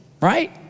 right